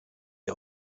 die